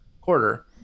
quarter